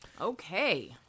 Okay